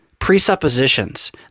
presuppositions